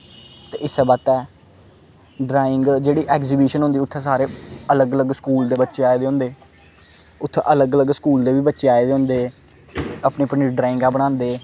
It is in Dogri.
ते इस्सै बास्तै ड्रांइग जेह्ड़ी एग्जीविशन होंदी उत्थें सारे अलग अलग स्कूल दे बच्चे आए दे होंदे उत्थें अलग अलग स्कूल दे बी बच्चे आए दे होंदे अपनी अपनी ड्रांइगां बनांदे